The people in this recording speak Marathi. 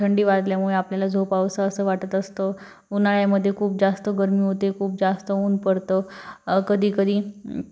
थंडी वाजल्यामुळे आपल्याला झोपावंसं असं वाटत असतं उन्हाळ्यामध्ये खूप जास्त गर्मी होते खूप जास्त ऊन पडतं कधी कधी